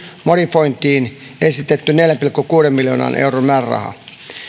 modifiointiin esitetty neljän pilkku kuuden miljoonan euron määräraha